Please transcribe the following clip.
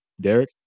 Derek